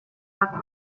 bat